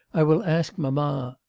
i will ask mamma.